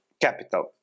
capital